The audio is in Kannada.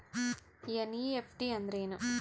ಎನ್.ಇ.ಎಫ್.ಟಿ ಅಂದ್ರೆನು?